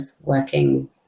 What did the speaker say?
working